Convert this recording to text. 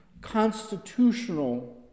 constitutional